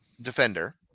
Defender